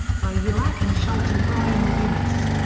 by joachim schulte and brian mcguinness.